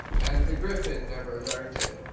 and the gryphon never learnt it.